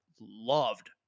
loved